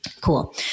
Cool